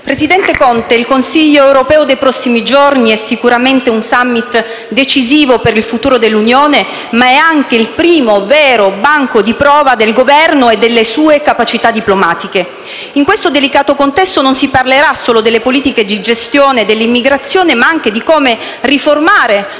presidente Conte, il Consiglio europeo dei prossimi giorni è sicuramente un *summit* decisivo per il futuro dell'Unione, ma è anche il primo, vero, banco di prova del Governo e delle sue capacità diplomatiche. In questo delicato contesto non si parlerà solo delle politiche di gestione dell'immigrazione, ma anche di come riformare